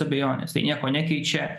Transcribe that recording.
abejonės tai nieko nekeičia